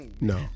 No